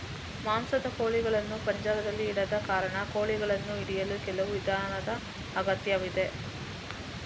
ಮಾಂಸದ ಕೋಳಿಗಳನ್ನು ಪಂಜರದಲ್ಲಿ ಇಡದ ಕಾರಣ, ಕೋಳಿಗಳನ್ನು ಹಿಡಿಯಲು ಕೆಲವು ವಿಧಾನದ ಅಗತ್ಯವಿದೆ